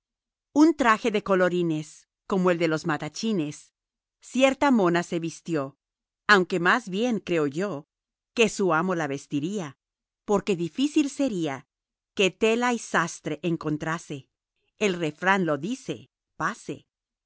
un traje de colorines como el de los matachines cierta mona se vistió aunque más bien creo yo que su amo la vestiría porque difícil sería que tela y sastre encontrase el refrán lo dice pase